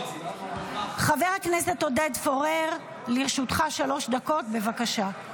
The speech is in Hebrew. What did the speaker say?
חבר הכנסת עודד פורר, לרשותך שלוש דקות, בבקשה.